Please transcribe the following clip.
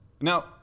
Now